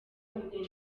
urwo